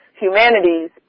humanities